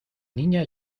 niña